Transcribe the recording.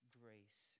grace